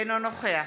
אינו נוכח